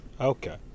Okay